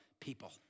people